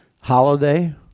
holiday